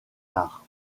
tard